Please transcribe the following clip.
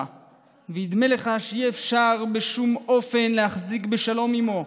וידמה לך שאי-אפשר בשום אופן להחזיק בשלום עימו,